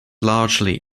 largely